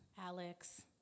Alex